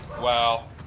Wow